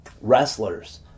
wrestlers